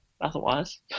otherwise